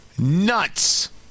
Nuts